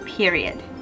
Period